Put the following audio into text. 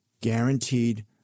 guaranteed